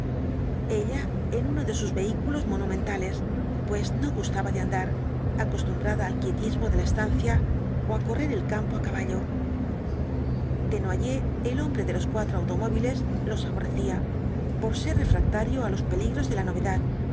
ella en uno de sus vehículos monumentales pues no gustaba de andar acostumbrada al quietismo de la estancia ó á correr el campo á caballo desnoyers el hombre de los cuatro automóviles los aborrecía por ser refractario á los peligros de la novedad